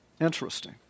interesting